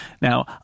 Now